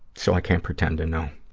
so i can't pretend to know,